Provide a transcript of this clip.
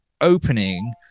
opening